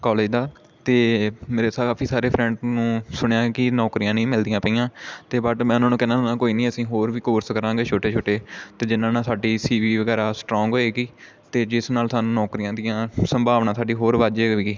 college ਦਾ ਅਤੇ ਮੇਰੇ ਸਾ ਕਾਫੀ ਸਾਰੇ ਫਰੈਂਡ ਨੂੰ ਸੁਣਿਆ ਹੈ ਕਿ ਨੌਕਰੀਆਂ ਨਹੀਂ ਮਿਲਦੀਆਂ ਪਈਆਂ ਅਤੇ ਬਟ ਮੈਂ ਉਹਨਾਂ ਨੂੰ ਕਹਿੰਦਾ ਹੁੰਦਾ ਕੋਈ ਨਹੀਂ ਅਸੀਂ ਹੋਰ ਵੀ ਕੋਰਸ ਕਰਾਂਗੇ ਛੋਟੇ ਛੋਟੇ ਅਤੇ ਜਿਨ੍ਹਾਂ ਨਾਲ ਸਾਡੀ ਸੀ ਵੀ ਵਗੈਰਾ ਸਟਰੋਂਗ ਹੋਏਗੀ ਅਤੇ ਜਿਸ ਨਾਲ ਸਾਨੂੰ ਨੌਕਰੀਆਂ ਦੀਆਂ ਸੰਭਾਵਨਾ ਸਾਡੀ ਹੋਰ ਵੱਧ ਜਾਵੇਗੀ